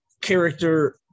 character